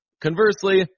Conversely